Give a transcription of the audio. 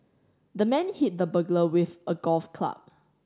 the man hit the burglar with a golf club